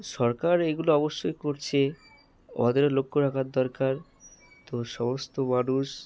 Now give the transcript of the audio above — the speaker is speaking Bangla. সরকার এইগুলো অবশ্যই করছে আমাদেরও লক্ষ রাখার দরকার তো সমস্ত মানুষ